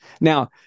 Now